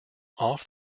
off